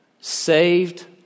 Saved